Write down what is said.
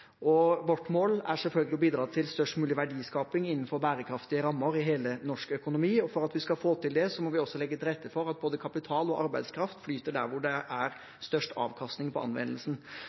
og vårt mål er selvfølgelig å bidra til størst mulig verdiskaping innenfor bærekraftige rammer i hele den norske økonomien. For at vi skal få til det, må vi også legge til rette for at både kapital og arbeidskraft flyter der hvor det er størst avkastning på anvendelsen.